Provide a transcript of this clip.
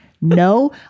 No